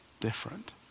different